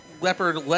leopard